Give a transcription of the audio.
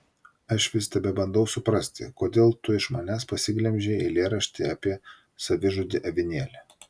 aš vis tebebandau suprasti kodėl tu iš manęs pasiglemžei eilėraštį apie savižudį avinėlį